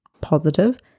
positive